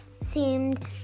seemed